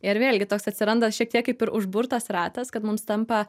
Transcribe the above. ir vėlgi toks atsiranda šiek tiek kaip ir užburtas ratas kad mums tampa